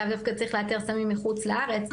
למה דווקא צריך לאתר סמים מחוץ לארץ,